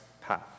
path